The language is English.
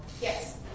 Yes